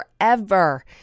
forever